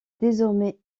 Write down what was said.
désormais